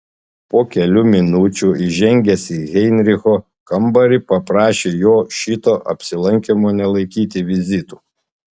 po kelių minučių įžengęs į heinricho kambarį paprašė jo šito apsilankymo nelaikyti vizitu